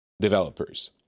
developers